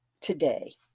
today